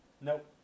Nope